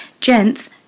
Gents